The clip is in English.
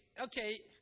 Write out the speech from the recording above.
okay